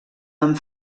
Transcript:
amb